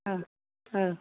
अ अ